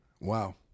Wow